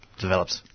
developed